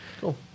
Cool